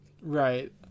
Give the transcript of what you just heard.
Right